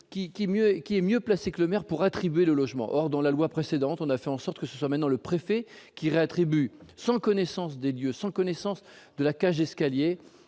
qui est mieux placé que le maire pour attribuer le logement or dans la loi précédente, on a fait en sorte que ce sommet dans le préfet qui rétribue sans connaissance des lieux sans connaissance de la cage d'escalier,